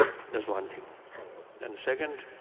there's one thing. and second,